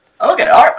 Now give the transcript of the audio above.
Okay